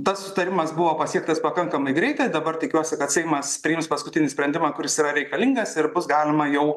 tas sutarimas buvo pasiektas pakankamai greitai dabar tikiuosi kad seimas priims paskutinį sprendimą kuris yra reikalingas ir bus galima jau